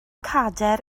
cadair